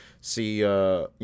see